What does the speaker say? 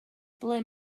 ble